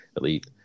Elite